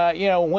ah you know,